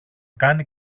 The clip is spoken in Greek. κάνει